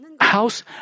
house